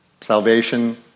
Salvation